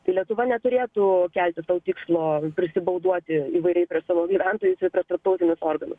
tai lietuva neturėtų kelti to tikslo prisibauduoti įvairiai prie savo gyventojų prie tarptautinių organų